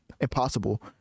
impossible